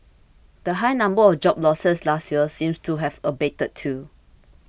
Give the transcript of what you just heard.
the high number of job losses last year seems to have abated too